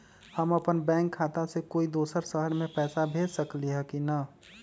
हम अपन बैंक खाता से कोई दोसर शहर में पैसा भेज सकली ह की न?